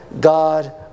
God